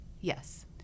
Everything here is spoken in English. Yes